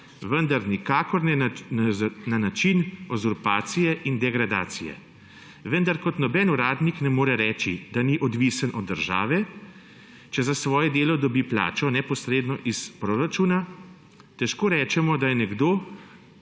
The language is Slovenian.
Vendar nikakor ne na način uzurpacije in degradadacije. Vendar kot noben uradnik ne more reči, da ni odvisen od države, če za svoje delo dobi plačo neposredno iz proračuna, težko rečemo, da je nekdo